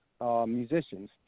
musicians